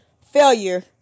Failure